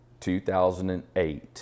2008